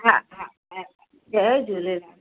हा हा हा जय झूलेलाल